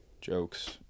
Jokes